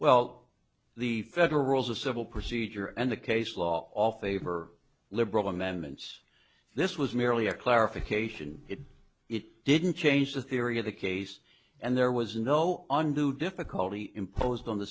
well the federal rules of civil procedure and the case law all favor liberal amendments this was merely a clarification it didn't change the theory of the case and there was no undue difficulty imposed on the